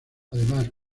además